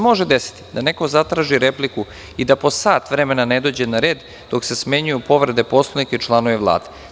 Može se desiti da neko zatraži repliku i da po sat vremena ne dođe na red dok se smenjuju povrede Poslovnika i članovi Vlade.